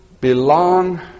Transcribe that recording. belong